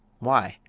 why?